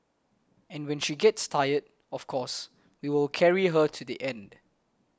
and when she gets tired of course we will carry her to the end